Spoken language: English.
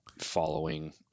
following